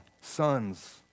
sons